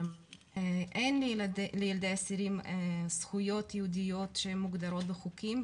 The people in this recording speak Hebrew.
אין לילדי האסירים זכויות ייעודיות שמוגדרות בחוקים,